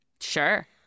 Sure